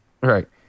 right